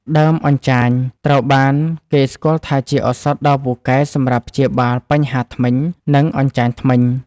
ដើមអញ្ចាញត្រូវបានគេស្គាល់ថាជាឱសថដ៏ពូកែសម្រាប់ព្យាបាលបញ្ហាធ្មេញ និងអញ្ចាញធ្មេញ។